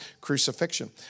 crucifixion